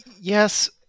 Yes